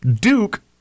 Duke